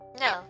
No